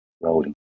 rolling